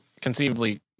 conceivably